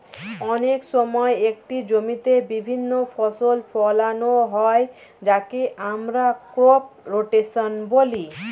অনেক সময় একটি জমিতে বিভিন্ন ফসল ফোলানো হয় যাকে আমরা ক্রপ রোটেশন বলি